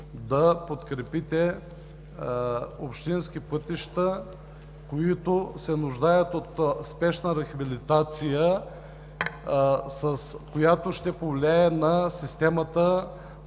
да подкрепите общински пътища, които се нуждаят от спешна рехабилитация, която ще повлияе на системата от